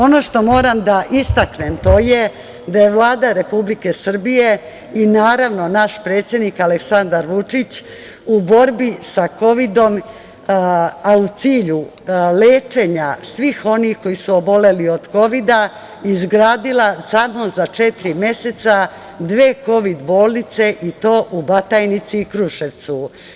Ono što moram da istaknem, to je da je Vlada Republike Srbije i naravno naš predsednik Aleksandar Vučić, u borbi sa kovidom, a u cilju lečenja svih onih koji su oboleli od kovida, izgradila samo četiri meseca, dve kovid bolnice, i to u Batajnici i Kruševcu.